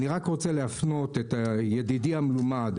אני רק רוצה להפנות את ידידי המלומד,